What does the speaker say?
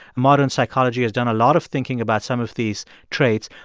modern psychology has done a lot of thinking about some of these traits.